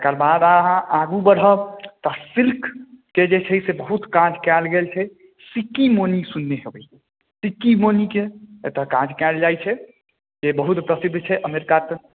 ओकरबाद अहाँ आगू बढ़ब तऽ सिल्कके जे छै से बहुत काज कयल गेल छै सिक्की मौनी सुनने हेबै सिक्की मौनीके एतऽ काज कयल जाइ छै जे बहुत प्रसिद्ध छै अमेरिका तक